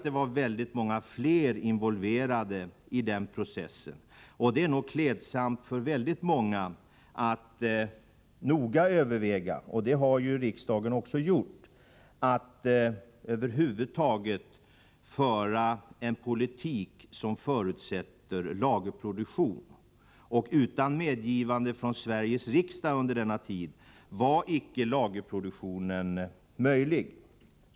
Det var många fler involverade i den processen. Det vore nog klädsamt för många att föra en politik som förutsätter lagerproduktion, för det har också riksdagen gjort. Utan medgivande från Sveriges riksdag var lagerproduktionen under denna tid icke möjlig.